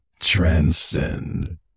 transcend